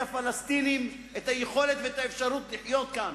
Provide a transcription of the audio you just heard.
לפלסטינים את היכולת ואת האפשרות לחיות כאן.